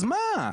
אז מה?